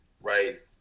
right